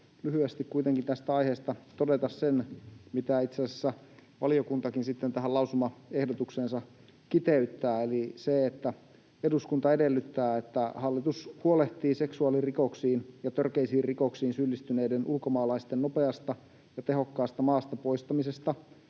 lyhyesti kuitenkin tästä aiheesta todeta sen, mitä itse asiassa valiokuntakin lausumaehdotukseensa kiteyttää: ”Eduskunta edellyttää, että hallitus huolehtii seksuaalirikoksiin ja törkeisiin rikoksiin syyllistyneiden ulkomaalaisten nopeasta ja tehokkaasta maasta poistamisesta